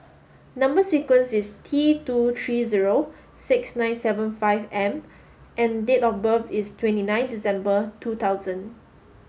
number sequence is T two three zero six nine seven five M and date of birth is twenty nine December two thousand